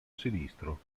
sinistro